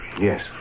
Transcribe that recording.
Yes